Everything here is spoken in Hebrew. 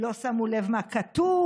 לא שמו לב מה כתוב?